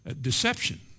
Deception